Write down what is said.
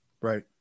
Right